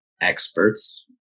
experts